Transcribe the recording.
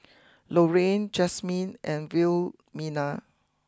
Lorene Jasmin and Wilhelmina